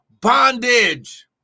bondage